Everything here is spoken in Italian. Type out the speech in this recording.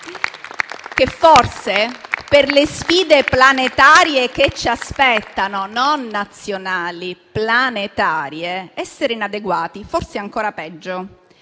e forse, per le sfide planetarie che ci aspettano - non nazionali, planetarie - essere inadeguati è ancora peggio.